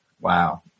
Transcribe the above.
Wow